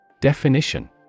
Definition